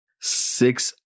Six